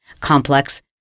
complex